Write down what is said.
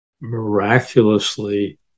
miraculously